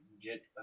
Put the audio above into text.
get